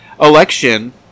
election